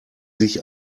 sich